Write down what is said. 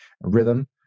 rhythm